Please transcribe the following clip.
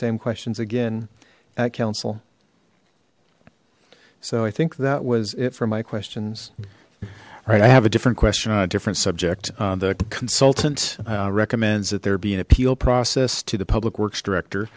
same questions again at council so i think that was it for my questions all right i have a different question on a different subject the consultant recommends that there be an appeal process to the public works director